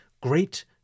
Great